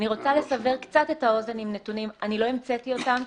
רוצה לסבר קצת את האוזן עם נתונים אני לא המצאתי אותם,